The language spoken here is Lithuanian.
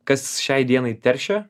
kas šiai dienai teršia